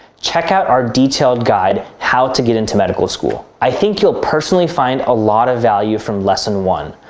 check out our detailed guide, how to get into medical school. i think you'll personally find a lot of value from lesson one,